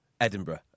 Edinburgh